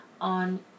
on